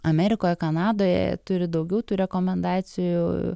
amerikoje kanadoje turi daugiau tų rekomendacijų